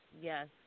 Yes